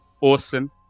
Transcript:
awesome